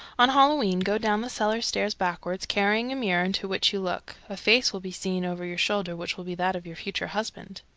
on halloween go down the cellar stairs backward, carrying a mirror into which you look. a face will be seen over your shoulder which will be that of your future husband.